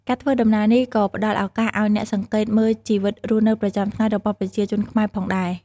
ការធ្វើដំណើរនេះក៏ផ្តល់ឱកាសឱ្យអ្នកសង្កេតមើលជីវិតរស់នៅប្រចាំថ្ងៃរបស់ប្រជាជនខ្មែរផងដែរ